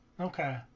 okay